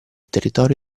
territorio